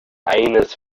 eines